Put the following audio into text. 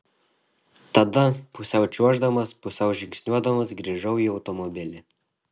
tada pusiau čiuoždamas pusiau žingsniuodamas grįžau į automobilį